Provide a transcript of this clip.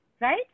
right